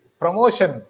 promotion